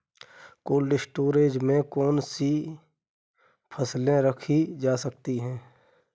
Cold storage में कौन कौन सी फसलें रखी जाती हैं?